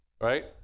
Right